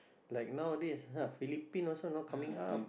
like nowadays ah Philippines also not coming up